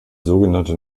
sogenannte